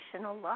love